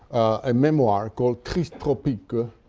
a memoir, called tristes tropiques,